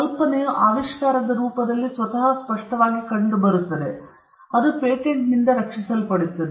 ಕಲ್ಪನೆಯು ಆವಿಷ್ಕಾರದ ರೂಪದಲ್ಲಿ ಸ್ವತಃ ಸ್ಪಷ್ಟವಾಗಿ ಕಂಡುಬಂದರೆ ಅದು ಪೇಟೆಂಟ್ನಿಂದ ರಕ್ಷಿಸಲ್ಪಟ್ಟಿದೆ